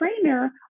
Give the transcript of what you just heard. trainer